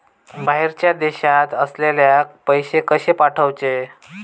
बाहेरच्या देशात असलेल्याक पैसे कसे पाठवचे?